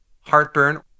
heartburn